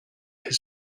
his